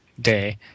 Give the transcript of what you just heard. day